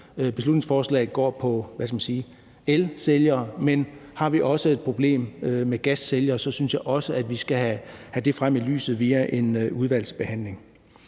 Beslutningsforslaget går på, hvad skal man sige, elsælgere, men har vi også et problem med gassælgere, synes jeg også at vi skal have det frem i lyset via en udvalgsbehandling.